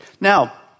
Now